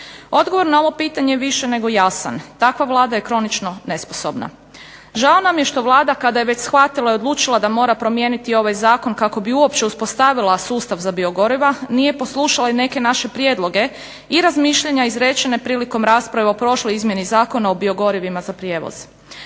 Odgovor na ovo pitanje je više nego jasan. takva Vlada je kronično nesposobna. Žao nam je što Vlada kada je već shvatila i odlučila da mora promijeniti ovaj zakon kako bi uopće uspostavila sustav za biogoriva nije poslušala neke naše prijedloge i razmišljanja izrečene prilikom rasprave o prošloj izmjeni Zakona o biogorivima za prijevoz.